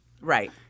Right